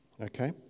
Okay